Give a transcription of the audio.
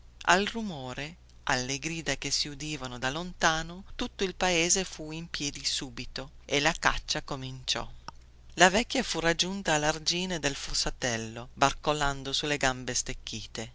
al rumore alle grida che si udivano da lontano tutto il paese fu in piedi subito e la caccia incominciò la vecchia fu raggiunta allargine del fossatello barcollando sulle gambe stecchite